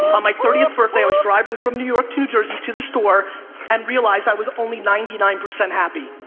on my thirtieth birthday i was driving from new york to jersey to the store and realized i was only ninety nine percent happy.